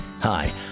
Hi